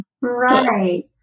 Right